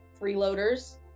Freeloaders